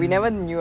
mm